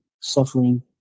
suffering